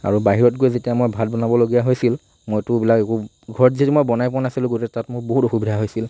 আৰু বাহিৰত গৈ যেতিয়া মই ভাত বনাব লগীয়া হৈছিল মইতো এইবিলাক একো ঘৰত যিহেতু মই বনাই পোৱা নাছিলোঁ তাত মোৰ বহুত অসুবিধা হৈছিল